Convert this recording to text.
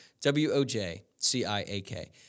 W-O-J-C-I-A-K